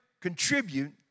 contribute